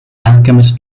alchemist